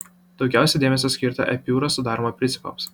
daugiausia dėmesio skirta epiūros sudarymo principams